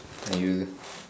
and you